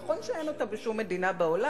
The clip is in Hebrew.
נכון שאין תקציב כזה בשום מדינה בעולם,